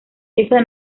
esa